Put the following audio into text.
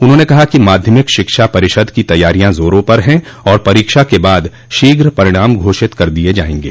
उन्होंने कहा कि माध्यमिक शिक्षा परिषद की तैयारियां जोरों पर हैं और परीक्षा के बाद शीघ्र परिणाम घोषित कर दिये जायेंगे